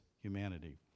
humanity